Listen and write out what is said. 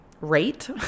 rate